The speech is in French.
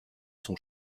sont